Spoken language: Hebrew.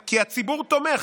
כי הציבור תומך,